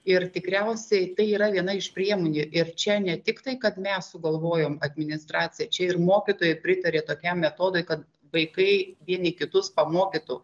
ir tikriausiai tai yra viena iš priemonių ir čia ne tik tai kad mes sugalvojom administracija čia ir mokytojai pritarė tokiam metodui kad vaikai vieni kitus pamokytų